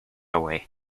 away